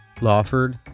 Lawford